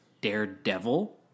Daredevil